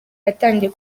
yatangiye